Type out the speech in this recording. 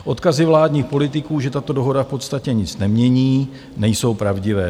Odkazy vládních politiků, že tato dohoda v podstatě nic nemění, nejsou pravdivé.